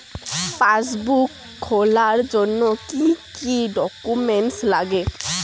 পাসবই খোলার জন্য কি কি ডকুমেন্টস লাগে?